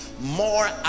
more